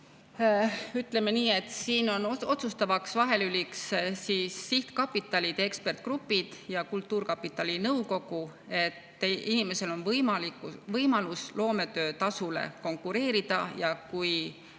Ütleme nii, et siin on otsustavaks vahelüliks sihtkapitalide ekspertgrupid ja kultuurkapitali nõukogu. Inimesel on võimalus loometöötasule konkureerida. Kui